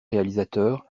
réalisateurs